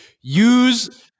use